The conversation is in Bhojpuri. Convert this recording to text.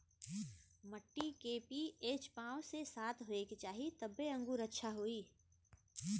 मट्टी के पी.एच पाँच से सात होये के चाही तबे अंगूर अच्छा होई